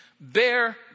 bear